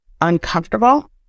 uncomfortable